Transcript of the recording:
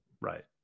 right